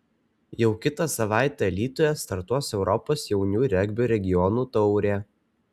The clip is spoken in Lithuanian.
jau kitą savaitę alytuje startuos europos jaunių regbio regionų taurė